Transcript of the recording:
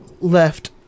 left